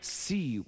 see